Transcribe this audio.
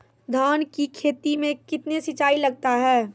धान की खेती मे कितने सिंचाई लगता है?